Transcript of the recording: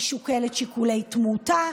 היא שוקלת שיקולי תמותה,